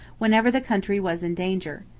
whenever the country was in danger.